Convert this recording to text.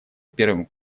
первым